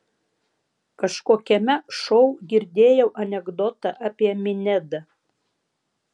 kažkokiame šou girdėjau anekdotą apie minedą